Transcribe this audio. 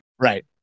Right